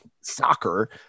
soccer